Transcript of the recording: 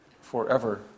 forever